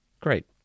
Great